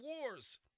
wars